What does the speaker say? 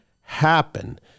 happen